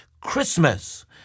Christmas